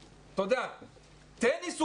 טניס,